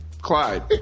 Clyde